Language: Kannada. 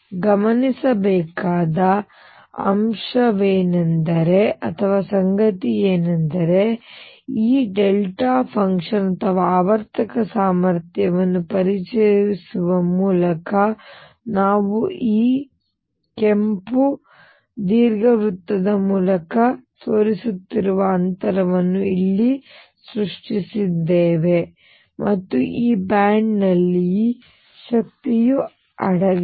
ಗಮನಿಸಬೇಕಾದ ಸಂಗತಿಯೆಂದರೆ ಈ ಡೆಲ್ಟಾ ಫಂಕ್ಷನ್ ಅಥವಾ ಆವರ್ತಕ ಸಾಮರ್ಥ್ಯವನ್ನು ಪರಿಚಯಿಸುವ ಮೂಲಕ ನಾವು ಈ ಕೆಂಪು ದೀರ್ಘವೃತ್ತದ ಮೂಲಕ ತೋರಿಸುತ್ತಿರುವ ಅಂತರವನ್ನು ಇಲ್ಲಿ ಸೃಷ್ಟಿಸಿದ್ದೇವೆ ಮತ್ತು ಈ ಬ್ಯಾಂಡ್ಗಳಲ್ಲಿ ಶಕ್ತಿಯು ಅಡಗಿದೆ